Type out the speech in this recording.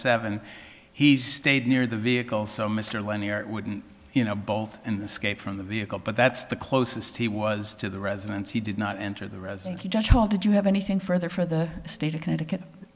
and he stayed near the vehicle so mr lennier wouldn't you know both in the skate from the vehicle but that's the closest he was to the residence he did not enter the resident he did you have anything further for the state of connecticut